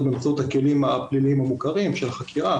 באמצעות הכלים הפליליים המוכרים של החקירה.